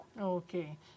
Okay